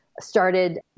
started